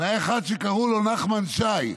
והיה אחד שקראו לו נחמן שי,